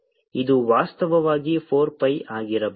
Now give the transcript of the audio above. ಇದು ವಾಸ್ತವವಾಗಿ 4 pi ಆಗಿರಬೇಕು